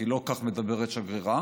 כי לא כך מדברת שגרירה.